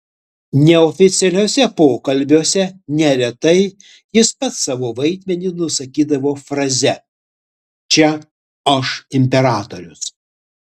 neoficialiuose pokalbiuose neretai jis pats savo vaidmenį nusakydavo fraze čia aš imperatorius